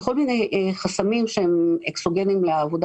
בכל מיני חסמים שהם אקסוגניים לעבודה